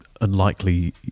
unlikely